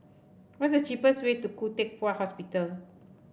what is the cheapest way to Khoo Teck Puat Hospital